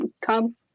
come